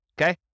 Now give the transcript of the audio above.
okay